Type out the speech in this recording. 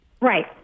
Right